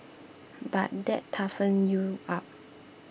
but that toughens you up